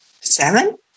seven